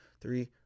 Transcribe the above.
three